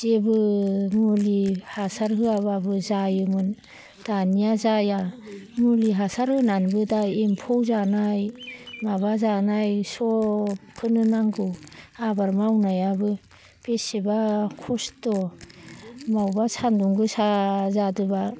जेबो मुलि हासार होआब्लाबो जायोमोन दानिया जाया मुलि हासार होनानैबो दा एम्फौ जानाय माबा जानाय सबखौनो नांगौ आबाद मावनायाबो बेसेबा खस्थ' मबावबा सान्दुं गोसा जादोंब्ला